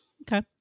okay